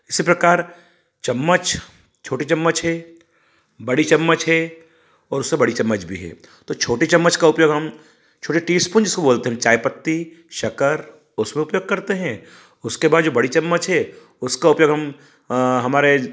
इसी प्रकार चम्मच छोटी चम्मच है बड़ी चम्मच है और उससे बड़ी चम्मच भी है तो छोटी चम्मच का उपयोग हम छोटे टी स्पून जिसको बोलते हैं चायपत्ती शक्कर उसको उपयोग करते हैं उसके बाद जो बड़ी चम्मच है उसका उपयोग हम हमारे